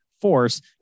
Force